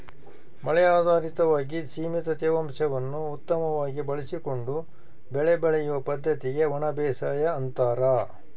ಮಳೆ ಆಧಾರಿತವಾಗಿ ಸೀಮಿತ ತೇವಾಂಶವನ್ನು ಉತ್ತಮವಾಗಿ ಬಳಸಿಕೊಂಡು ಬೆಳೆ ಬೆಳೆಯುವ ಪದ್ದತಿಗೆ ಒಣಬೇಸಾಯ ಅಂತಾರ